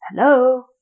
Hello